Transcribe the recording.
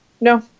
No